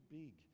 big